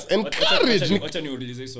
Encourage